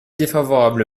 défavorable